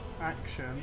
action